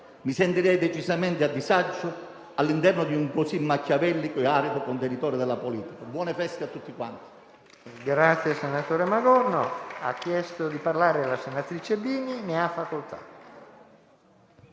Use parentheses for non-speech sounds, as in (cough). Mi sentirei decisamente a disagio all'interno di un così machiavellico e arido contenitore della politica. Buone feste a tutti quanti. (applause) PRESIDENTE. È iscritta a parlare la senatrice Bini. Ne ha facoltà.